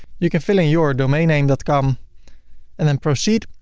you can fill in yourdomainname dot com and then proceed.